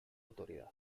autoridad